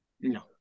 No